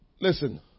Listen